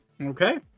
Okay